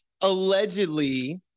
Allegedly